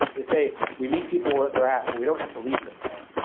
they say we meet people where they're at, but we don't have to leave them there,